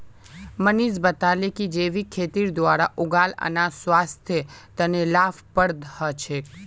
मनीष बताले कि जैविक खेतीर द्वारा उगाल अनाज स्वास्थ्य तने लाभप्रद ह छे